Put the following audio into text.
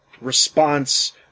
response